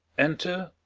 enter